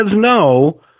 no